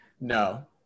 No